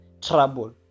trouble